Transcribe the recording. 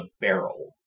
barrel